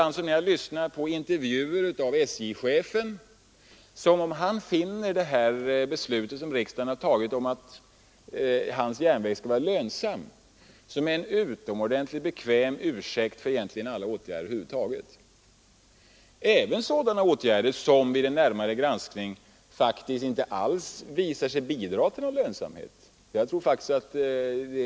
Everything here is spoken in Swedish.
När jag lyssnar på intervjuer med SJ-chefen förefaller det mig ibland som om han uppfattade det beslut riksdagen fattat om att hans järnväg skall vara lönsam som en utomordentligt bekväm ursäkt för vilka åtgärder som helst, även sådana åtgärder som vid en närmare granskning visar sig inte alls bidra till någon ökad lönsamhet.